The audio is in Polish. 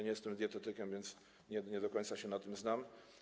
Nie jestem dietetykiem, więc nie do końca się na tym znam.